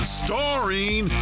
starring